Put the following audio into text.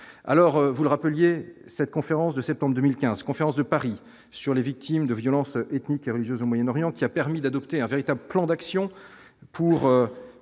alors vous le rappeliez, cette conférence de septembre 2015 conférence de Paris sur les victimes de violences ethniques et religieuses au Moyen-Orient qui a permis d'adopter un véritable plan d'action pour